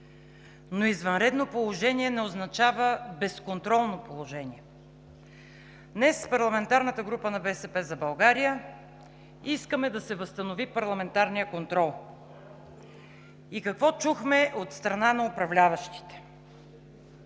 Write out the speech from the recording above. Но извънредно положение не означава безконтролно положение. Днес парламентарната група на „БСП за България“ искаме да се възстанови парламентарният контрол. И какво чухме от страна на управляващите?